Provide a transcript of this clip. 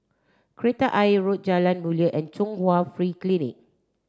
Kreta Ayer Road Jalan Mulia and Chung Hwa Free Clinic